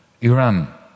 Iran